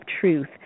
truth